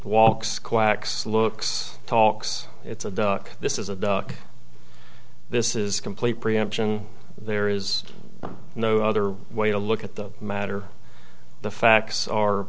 walks quacks looks talks it's a duck this is a duck this is complete preemption there is no other way to look at the matter the facts are